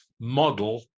model